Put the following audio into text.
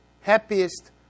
Happiest